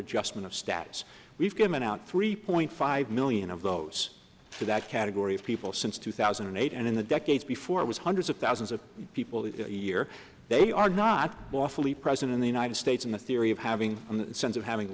adjustment of status we've given out three point five million of those for that category of people since two thousand and eight and in the decades before it was hundreds of thousands of people the year they are not lawfully present in the united states on the theory of having in the sense of having